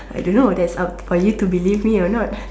I don't know thats up for you to believe me or not